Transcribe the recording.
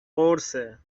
قرصه